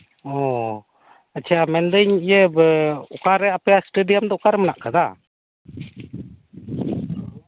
ᱳ ᱟᱪᱷᱟ ᱢᱮᱱᱫᱟᱹᱧ ᱤᱭᱟᱹ ᱚᱠᱟᱨᱮ ᱟᱯᱮᱭᱟᱜ ᱥᱴᱮᱰᱤᱭᱟᱢ ᱫᱚ ᱚᱠᱟᱨᱮ ᱢᱮᱱᱟᱜ ᱟᱠᱟᱫᱟ